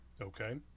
Okay